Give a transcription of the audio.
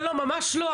ממש לא,